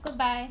good buy